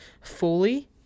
fully